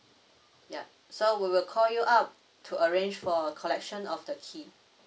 yup so we will call you up to arrange for a collection of the key